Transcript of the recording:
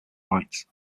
rights